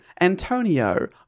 Antonio